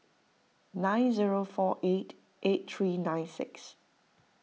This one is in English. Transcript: nine zero four eight eight three nine six